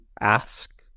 ask